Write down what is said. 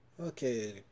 Okay